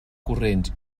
corrents